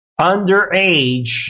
Underage